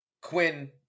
Quinn